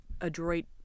adroit